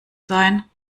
sein